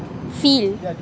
feel